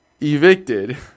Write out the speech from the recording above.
Evicted